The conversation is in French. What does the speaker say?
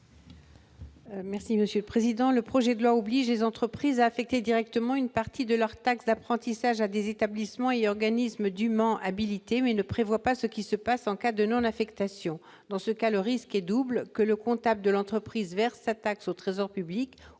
Mme Jacky Deromedi. Le projet de loi oblige les entreprises à affecter directement une partie de leur taxe d'apprentissage à des établissements et organismes dûment habilités, mais ne prévoit rien en cas de non-affectation. Dans ce cas, le risque est double : d'une part, que le comptable de l'entreprise verse sa taxe au Trésor public